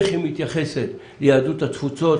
בכל זאת אתה מתעקש לשים את הנושא על סדר